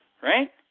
right